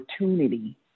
opportunity